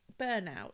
burnout